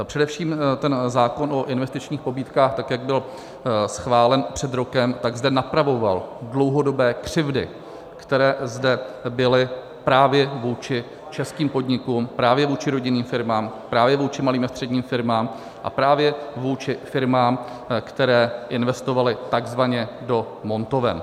Především ten zákon o investičních pobídkách, tak jak byl schválen před rokem, zde napravoval dlouhodobé křivdy, které zde byly právě vůči českým podnikům, právě vůči rodinným firmám, právě vůči malým a středním firmám a právě vůči firmám, které investovaly takzvaně do montoven.